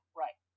right